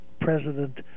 president